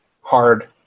hard